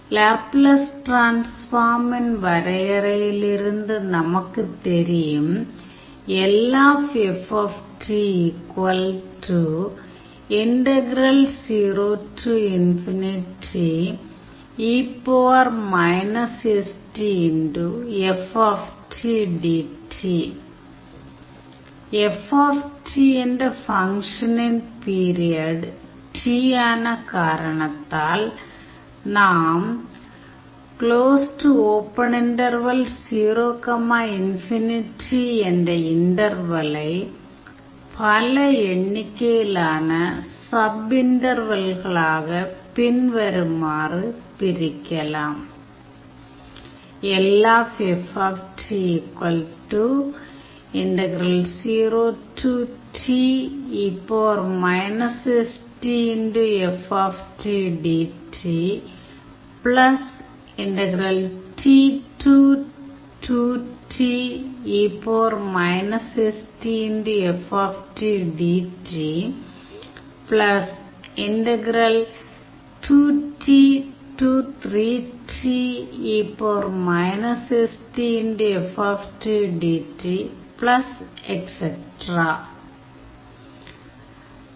Laplace டிரான்ஸ்ஃபார்மின் வரையறையிலிருந்து நமக்குத் தெரியும் F என்ற ஃபங்க்ஷனின் பீரியாடு T ஆன காரணத்தால் நாம் 0 ∞ என்ற இன்டர்வலை பல எண்ணிக்கையிலான சப் - இன்டர்வல்களாக பின்வருமாறு பிரிக்கலாம்